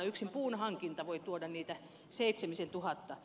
yksin puunhankinta voi tuoda niitä seitsemisentuhatta